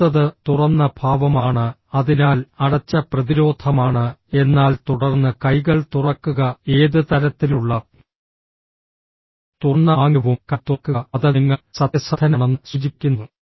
അടുത്തത് തുറന്ന ഭാവമാണ് അതിനാൽ അടച്ച പ്രതിരോധമാണ് എന്നാൽ തുടർന്ന് കൈകൾ തുറക്കുക ഏത് തരത്തിലുള്ള തുറന്ന ആംഗ്യവും കൈ തുറക്കുക അത് നിങ്ങൾ സത്യസന്ധനാണെന്ന് സൂചിപ്പിക്കുന്നു